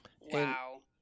Wow